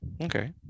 Okay